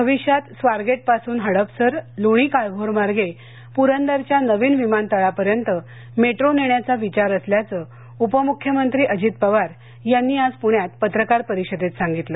भविष्यात स्वारगेट पासून हडपसर लोणीकाळभोर मार्गे पुरंदरच्या नवीन विमानतळापर्यंत मेट्रो नेण्याचा विचार असल्याचं उपमुख्यमंत्री अजित पवार यांनी आज पुण्यात पत्रकार परिषदेत सांगितलं